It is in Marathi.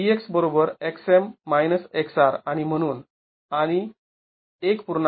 तर ex xM xR आणि म्हणून आणि १